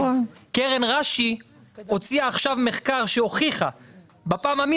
קרן רש"י הוציאה עכשיו מחקר שהוכיח בפעם המי